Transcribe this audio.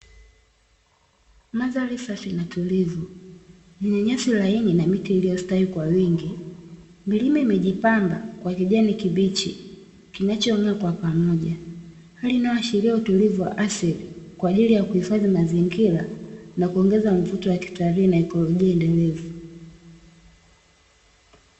Mandhari safi na tulivu yenye nyasi laini na miti iliyostawi kwa wingi, milima imejipamba kwa kijani kibichi kinachong'aa kwa pamoja hali inayoashiria utulivu wa asili kwa ajili ya kuhifadhi mazingira na kuongeza mvuto wa kitalii na ikolojia endelevu.